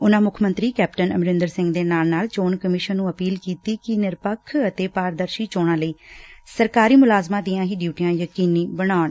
ਉਂਨੂਾ ਮੁੱਖ ਮੰਤਰੀ ਕੈਪਟਨ ਅਮਰਿੰਦਰ ਸਿੰਘ ਦੇ ਨਾਲ ਨਾਲ ਚੋਣ ਕਮਿਸ਼ਨ ਨੂੰ ਅਪੀਲ ਕੀਤੀ ਕਿ ਨਿਰਪੱਖ ਅਤੇ ਪਾਰਦਰਸੀ ਚੋਣਾ ਲਈ ਸਰਕਾਰੀ ਮੁਲਾਜ਼ਮਾਂ ਦੀਆਂ ਹੀ ਡਿਉਟੀਆਂ ਯਕੀਨੀ ਬਣਾਉਣ